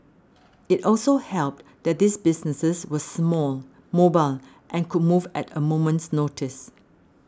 it also helped that these businesses were small mobile and could move at a moment's notice